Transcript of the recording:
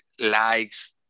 likes